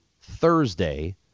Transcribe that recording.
Thursday